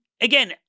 again